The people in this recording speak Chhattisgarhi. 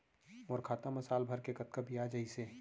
मोर खाता मा साल भर के कतका बियाज अइसे?